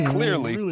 Clearly